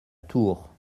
tours